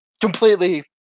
Completely